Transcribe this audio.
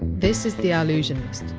this is the allusionist,